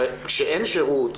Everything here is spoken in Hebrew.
כשאין שירות,